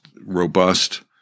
robust